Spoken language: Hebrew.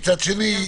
שני,